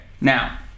Now